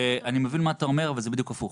אני מבין מה אתה אומר, אבל זה בדיוק הפוך.